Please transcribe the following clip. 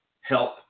help